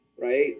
right